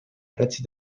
prezzi